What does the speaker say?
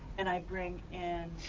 and i bring in